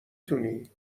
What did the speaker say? تونی